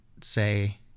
say